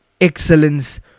Excellence